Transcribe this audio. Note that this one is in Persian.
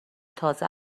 تازه